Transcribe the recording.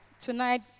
Tonight